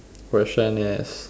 question is